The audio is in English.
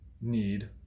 need